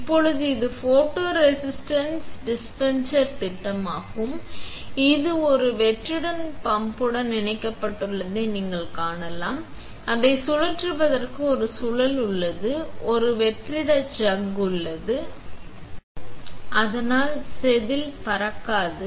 இப்போது இது ஃபோட்டோரெசிஸ்ட் டிஸ்பென்சரின் திட்டமாகும் இது ஒரு வெற்றிட பம்புடன் இணைக்கப்பட்டுள்ளதை நீங்கள் காணலாம் அதை சுழற்றுவதற்கு ஒரு சுழல் உள்ளது ஒரு வெற்றிட சக் உள்ளது அதனால் செதில் பறக்காது